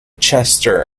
chester